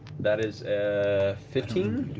that is a fifteen.